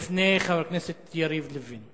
לפני חבר הכנסת יריב לוין.